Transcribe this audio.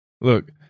Look